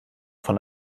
von